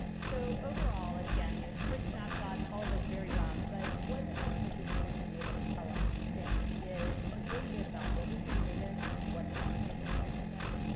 so overall and again, and quick snapshots, all of this is very rough but what the census is going to be able to tell us, we think, is a good bit about what we've created and what the landscape looks like today,